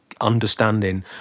understanding